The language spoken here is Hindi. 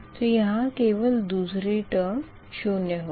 तो यहाँ केवल दूसरी टेर्म शून्य होगी